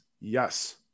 Yes